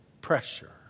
pressure